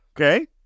Okay